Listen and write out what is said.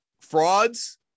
frauds